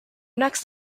next